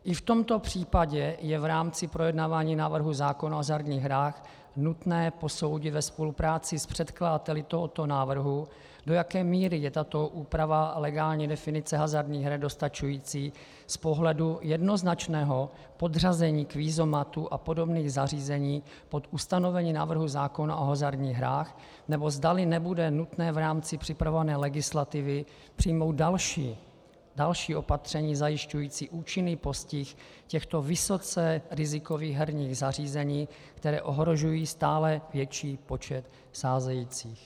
I v tomto případě je v rámci projednávání návrhu zákona o hazardních hrách nutné posoudit ve spolupráci s předkladateli tohoto návrhu, do jaké míry je tato úprava legální definice hazardních her dostačující z pohledu jednoznačného podřazení kvízomatu a podobných zařízení pod ustanovení návrhu zákona o hazardních hrách, nebo zda nebude nutné v rámci připravované legislativy přijmout další opatření zajišťující účinný postih těchto vysoce rizikových herních zařízení, která ohrožují stále větší počet sázejících.